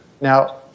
Now